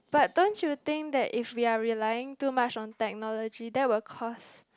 but don't you think that if we are relying too much on technology that will cause